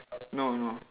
no no